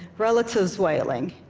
relatives wailing.